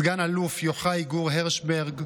סגן אלוף יוחאי גור הרשברג,